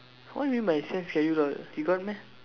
what do you mean by he send schedule all he got meh